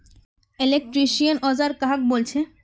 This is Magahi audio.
इलेक्ट्रीशियन औजार कहाक बोले छे?